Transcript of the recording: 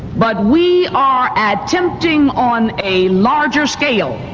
but we are attempting on a larger scale